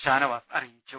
ഷാനവാസ് അറിയിച്ചു